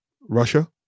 Russia